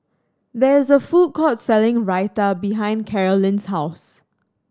there is a food court selling Raita behind Carolyn's house